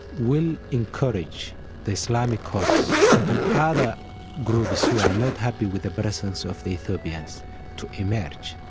will encourage the islamic courts and other groups who are not happy with the presence of the ethiopians to emerge,